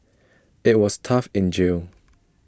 IT was tough in jail